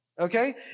okay